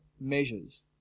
measures